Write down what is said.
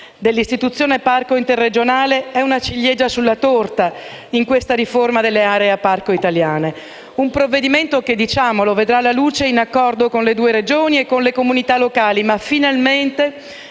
dell’istituzione di un parco interregionale in quest’area, è una ciliegia sulla torta in questa riforma delle aree a parco italiane. Un provvedimento che vedrà la luce in accordo con le due Regioni e le comunità locali, ma finalmente